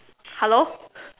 hello